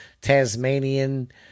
Tasmanian